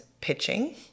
pitching